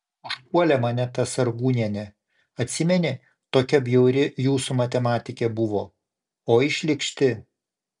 užpuolė mane ta sargūnienė atsimeni tokia bjauri jūsų matematikė buvo oi šlykšti